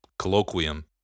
colloquium